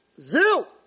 Zil